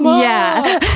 yeah!